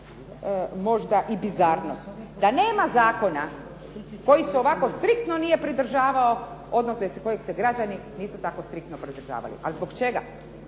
možda i bizarnost. Da nema zakona koji se ovako striktno nije pridržavao, odnosno kojeg se građani nisu tako striktno pridržavali. A zbog čega?